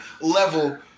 level